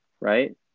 right